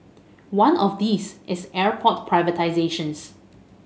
one of these is airport privatisations